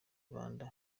banda